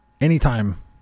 anytime